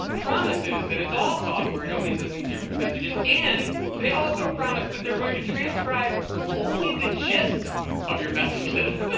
promises that it's all software nobody is listening to your messages. and they also promise that they're going to transcribe only the gist of your messages.